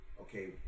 okay